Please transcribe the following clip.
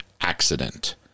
accident